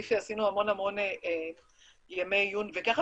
בכספייה עשינו המון המון ימי עיון וככה